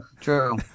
true